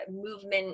movement